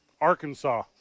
Arkansas